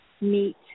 meet